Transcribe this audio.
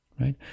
right